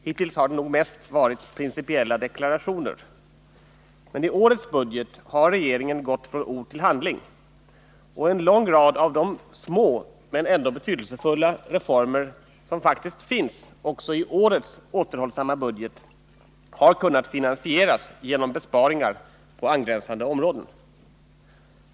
Hittills har det nog mest varit principiella deklarationer — men i årets budget har regeringen gått från ord till handling, och en lång rad av de små men ändå betydelsefulla reformer som faktiskt finns också i årets återhållsamma budget har kunnat finansieras genom besparingar på angränsande områden.